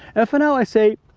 and for now i say,